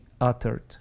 uttered